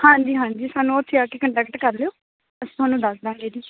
ਹਾਂਜੀ ਹਾਂਜੀ ਸਾਨੂੰ ਉੱਥੇ ਆ ਕੇ ਕੰਟੈਕਟ ਕਰ ਲਿਓ ਅਸੀਂ ਤੁਹਾਨੂੰ ਦੱਸ ਦਾਂਗੇ ਜੀ